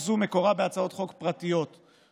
הצעת חוק זו מקורה בהצעות חוק פרטיות שהוגשו